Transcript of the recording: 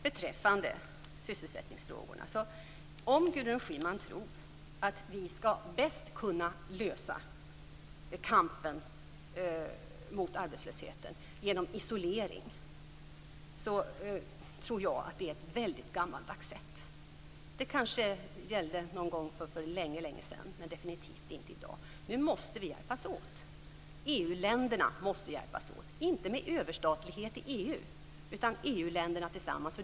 Beträffande sysselsättningsfrågorna vill jag säga att om Gudrun Schyman tror att vi bäst kan driva kampen mot arbetslösheten genom isolering, så hävdar jag att det är ett väldigt gammaldags sätt. Det kanske gällde någon gång för länge länge sedan, men definitivt inte i dag. Nu måste vi hjälpas åt. EU länderna måste hjälpas åt. Inte med överstatlighet i EU, utan EU-länderna tillsammans.